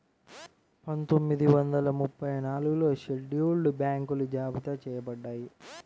పందొమ్మిది వందల ముప్పై నాలుగులో షెడ్యూల్డ్ బ్యాంకులు జాబితా చెయ్యబడ్డాయి